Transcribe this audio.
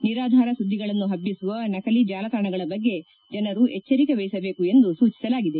ನಿರಾಧಾರ ಸುಧ್ನಿಗಳನ್ನು ಹಭ್ನಿಸುವ ನಕಲಿ ಜಾಲತಾಣಗಳ ಬಗ್ಗೆ ಜನರು ಎಚ್ಲರಿಕೆ ವಹಿಸಬೇಕು ಎಂದು ಸೂಚಿಸಲಾಗಿದೆ